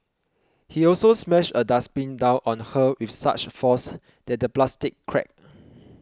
he also smashed a dustbin down on her with such force that the plastic cracked